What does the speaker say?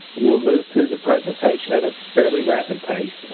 we'll move through the presentation in a fairly rapid pace.